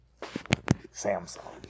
Samsung